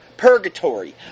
purgatory